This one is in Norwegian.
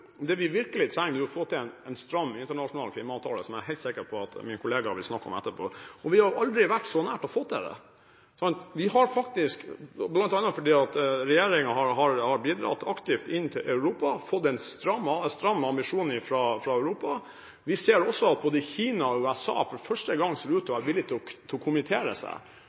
få til det. Vi har, bl.a. fordi regjeringen har bidratt aktivt inn til Europa, fått en stram ambisjon fra Europa. Vi ser også at både Kina og USA for første gang ser ut til å være villig til å kommittere seg. Får vi